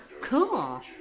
cool